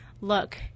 look